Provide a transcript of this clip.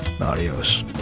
adios